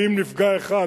ואם נפגע באחד,